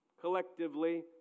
collectively